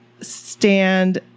stand